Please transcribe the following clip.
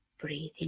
breathing